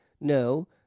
No